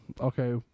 Okay